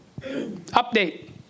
update